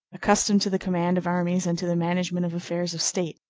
accustomed to the command of armies and to the management of affairs of state,